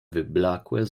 wyblakłe